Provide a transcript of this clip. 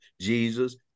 Jesus